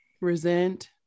resent